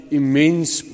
immense